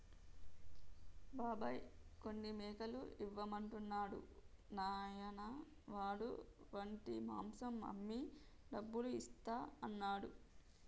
బాబాయ్ కొన్ని మేకలు ఇవ్వమంటున్నాడు నాయనా వాడు వాటి మాంసం అమ్మి డబ్బులు ఇస్తా అన్నాడు